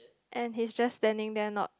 and he just standing there not